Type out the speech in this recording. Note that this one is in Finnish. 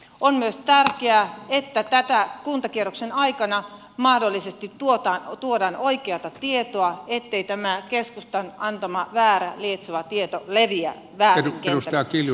on myös tärkeää että kuntakierroksen aikana tuodaan oikeata tietoa ettei tämä keskustan antama väärä lietsova tieto leviä väärin kentällä